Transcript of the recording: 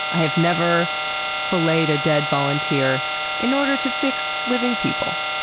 i have never filleted a dead volunteer in order to fix living people.